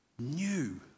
new